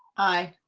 i.